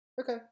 Okay